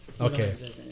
Okay